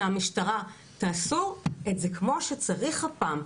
מהמשטרה תעשו את זה כמו שצריך הפעם,